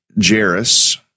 Jairus